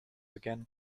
again